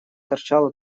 торчала